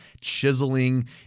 chiseling